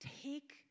take